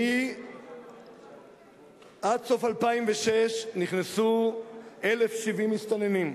עד סוף 2006 נכנסו 1,070 מסתננים,